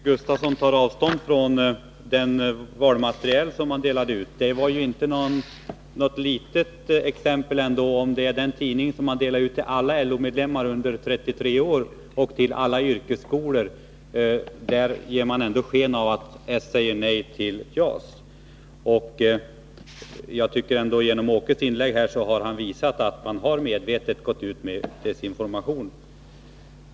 Herr talman! Det är bra att Åke Gustavsson tar avstånd från det valmaterial som delades ut. Det var inte någon liten sak, om det rör sig om den tidning som delades ut till alla LO-medlemmar under 33 år och till alla yrkesskolor. I denna tidning ger man sken av att socialdemokraterna säger nej till JAS. Genom sitt inlägg här har Åke Gustavsson visat att man medvetet gått ut med desinformation.